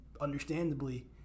understandably –